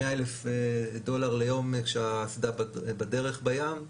100,000 דולר ליום כשהאסדה בדרך בים.